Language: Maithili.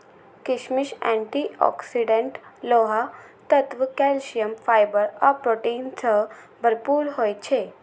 किशमिश एंटी ऑक्सीडेंट, लोह तत्व, कैल्सियम, फाइबर आ प्रोटीन सं भरपूर होइ छै